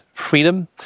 freedom